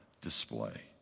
display